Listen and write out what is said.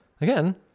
again